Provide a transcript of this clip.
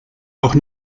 auch